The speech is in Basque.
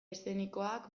eszenikoak